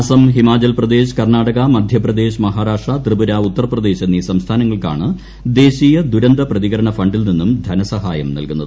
അസ്സം ഹിമാചൽപ്രദേശ് കർണ്ണാടക മധ്യപ്രദേശ് മഹാരാഷ്ട്ര ത്രിപുര ഉത്തർപ്രദേശ് എന്നീ സംസ്ഥാനങ്ങൾക്കാണ് ദേശീയ ദുരന്ത പ്രതികരണ ഫണ്ടിൽ നിന്നും ധനസഹായം നൽകുന്നത്